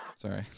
sorry